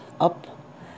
Up